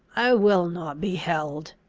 i will not be held.